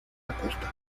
acosta